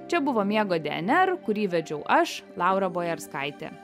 čia buvo miego dnr kurį vedžiau aš laura bojarskaitė